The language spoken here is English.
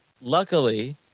Luckily